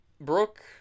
Brooke